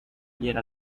diera